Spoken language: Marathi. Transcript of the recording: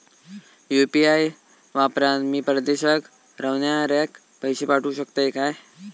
यू.पी.आय वापरान मी परदेशाक रव्हनाऱ्याक पैशे पाठवु शकतय काय?